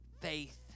faith